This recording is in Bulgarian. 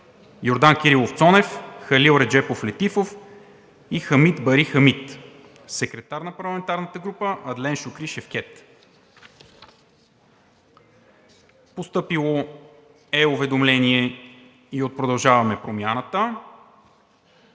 Постъпило е уведомление от „Продължаваме Промяната“.